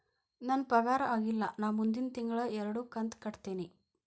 ನನ್ನ ಪಗಾರ ಆಗಿಲ್ಲ ನಾ ಮುಂದಿನ ತಿಂಗಳ ಎರಡು ಕಂತ್ ಕಟ್ಟತೇನಿ